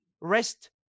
Rest